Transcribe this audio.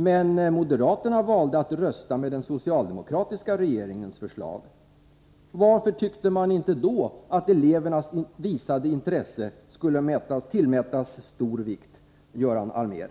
Men moderaterna valde att rösta med den socialdemokratiska regeringens förslag! Varför tyckte man inte då att elevernas visade intresse skulle tillmätas stor vikt, Göran Allmér?